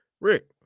Rick